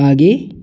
आगे